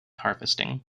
harvesting